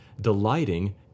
delighting